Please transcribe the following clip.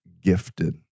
gifted